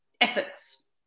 efforts